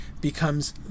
becomes